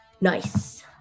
nice